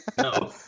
No